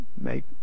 make